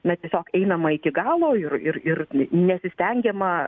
na tiesiog einama iki galo ir ir ir nesistengiama